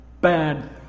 Bad